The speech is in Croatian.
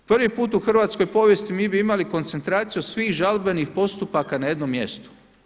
Prvi put u hrvatskoj povijesti mi bi imali koncentraciju svih žalbenih postupaka na jednom mjestu.